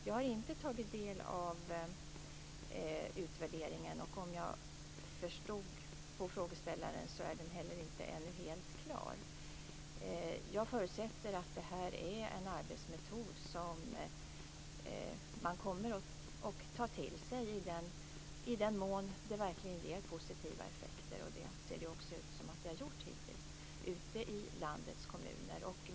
Jag har inte tagit del av utvärderingen. Som jag förstod på frågeställaren är den inte heller helt klar. Jag förutsätter att det här är en arbetsmetod som man kommer att ta till sig i den mån den verkligen ger positiva effekter. Det ser också ut som att den hittills gjort det ute i landets kommuner.